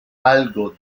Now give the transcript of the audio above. algo